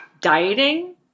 dieting